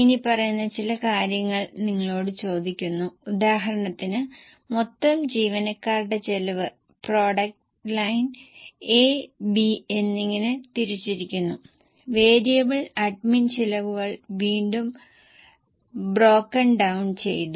ഇനി പറയുന്ന ചില കാര്യങ്ങൾ നിങ്ങളോടു ചോദിക്കുന്നു ഉദാഹരണത്തിന് മൊത്തം ജീവനക്കാരുടെ ചെലവ് പ്രോഡക്റ്റ് ലൈൻ A B എന്നിങ്ങനെ തിരിച്ചിരിക്കുന്നു വേരിയബിൾ അഡ്മിൻ ചിലവുകൾ വീണ്ടും ബ്രോക്കൻ ഡൌൺ ചെയ്തു